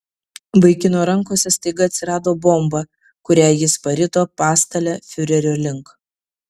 vaikino rankose staiga atsirado bomba kurią jis parito pastale fiurerio link